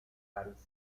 parís